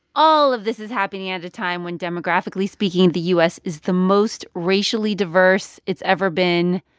all of this is happening at a time when, demographically speaking, the u s. is the most racially diverse it's ever been.